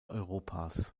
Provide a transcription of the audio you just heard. europas